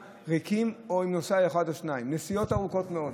ריקים או עם נוסע אחד או שניים נסיעות ארוכות מאוד,